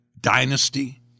Dynasty